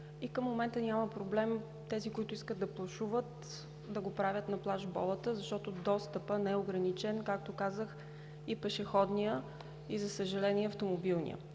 И към момента няма проблем. Тези, които искат да плажуват, да го правят на плаж „Болата“, защото достъпът не е ограничен, както казах, и пешеходният, и за съжаление, автомобилният.